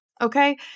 Okay